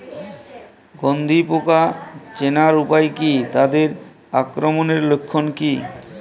গন্ধি পোকা চেনার উপায় কী তাদের আক্রমণের লক্ষণ কী?